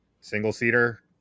single-seater